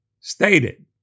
stated